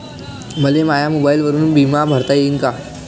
मले माया मोबाईलवरून बिमा भरता येईन का?